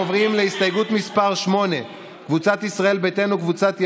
בהמשך עוד לילה ארוך של הצבעות לפנינו על עוד כמה חוקי